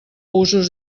usos